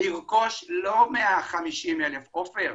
לרכוש לא 150,000 מחשבים,